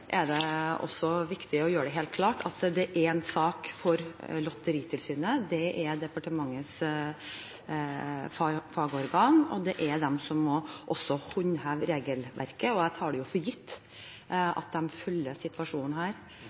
er det også viktig å gjøre det helt klart at det er en sak for Lotteri- og stiftelsestilsynet. Det er departementets fagorgan, og det er dem som også må håndheve regelverket, og jeg tar det for gitt at de følger denne situasjonen